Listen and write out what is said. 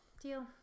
Deal